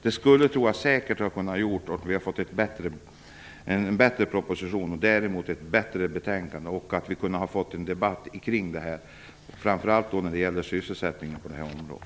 Det skulle säkert ha kunnat ge oss en bättre proposition och därmed ett bättre betänkande och en debatt, framför allt om sysselsättningen på detta område.